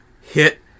hit